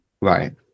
Right